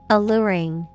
Alluring